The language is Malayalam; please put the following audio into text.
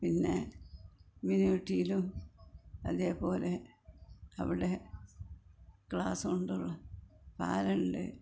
പിന്നെ മിനി യൂട്ടിയിലും അതേപോലെ അവിടെ ക്ലാസുകൊണ്ടുള്ള പാലം ഉണ്ട്